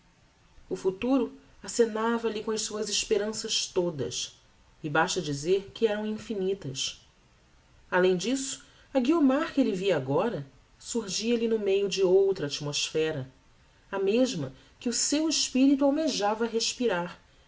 o futuro acenava lhe com as suas esperanças todas e basta dizer que eram infinitas além disso a guiomar que elle via agora surgia lhe no meio de outra atmosphera a mesma que o seu espirito almejava respirar